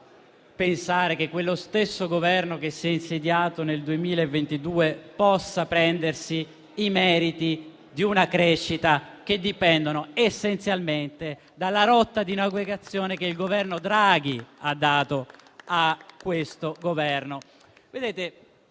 pensare che quello stesso Governo che si è insediato nel 2022 possa prendersi i meriti di una crescita che sono da riferirsi essenzialmente alla rotta di navigazione che il Governo Draghi ha dato a questo Governo.